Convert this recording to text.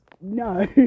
No